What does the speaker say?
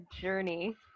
journey